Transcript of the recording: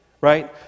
right